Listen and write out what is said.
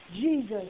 Jesus